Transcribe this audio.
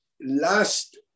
last